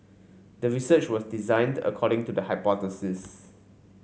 the research was designed according to the hypothesis